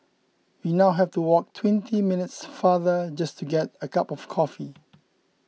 we now have to walk twenty minutes farther just to get a cup of coffee